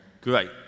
great